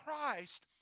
Christ